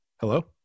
Hello